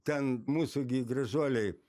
ten mūsų gi gražuoliai